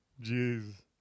Jeez